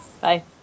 Bye